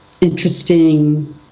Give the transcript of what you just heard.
interesting